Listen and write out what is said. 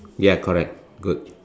ya correct good